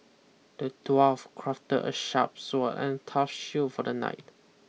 the dwarf crafted a sharp sword and a tough shield for the knight